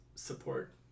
support